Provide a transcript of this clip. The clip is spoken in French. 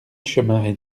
chemin